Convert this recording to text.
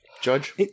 judge